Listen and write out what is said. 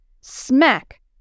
Smack